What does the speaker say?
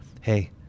Hey